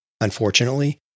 Unfortunately